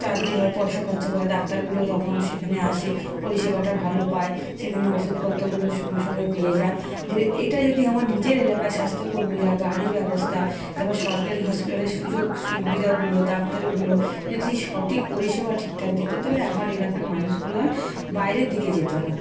তাড়াতাড়ি হয় পয়সা খরচা করে ডাক্তারগুলোও তখন সেখানে আসে পরিষেবাটা ভালো পায় সেখানে ওষুধপত্রগুলো সঙ্গে সঙ্গে পেয়ে যায় যে এটা যদি আমার নিজের এলাকায় স্বাস্থ্যকর্মীরা গাড়ির ব্যবস্থা তারপর সরকারি হসপিটালের সুযোগ সুবিধাগুলো ডাক্তারগুলো যদি সঠিক পরিষেবা ঠিকঠাক দিত তাহলে আমার এলাকার মানুষগুলো আর বাইরের দিকে যেত না